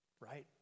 Right